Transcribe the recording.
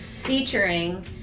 featuring